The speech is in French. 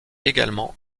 également